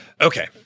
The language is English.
okay